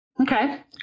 okay